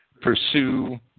pursue